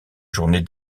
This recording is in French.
journée